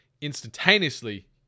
instantaneously